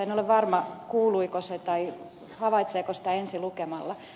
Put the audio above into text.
en ole varma kuuluiko se tai havaitseeko sitä ensi lukemalla